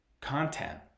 content